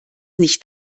nicht